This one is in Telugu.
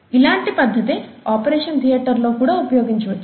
ఇలాంటి పద్ధతే ఆపరేషన్ థియేటర్లలో కూడా ఉపయోగించవచ్చు